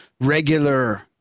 regular